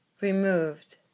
removed